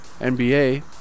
NBA